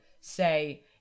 say